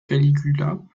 caligula